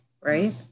right